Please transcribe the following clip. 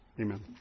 Amen